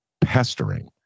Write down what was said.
pestering